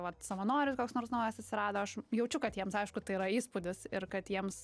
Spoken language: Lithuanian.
vat savanoris koks nors naujas atsirado aš jaučiu kad jiems aišku tai yra įspūdis ir kad jiems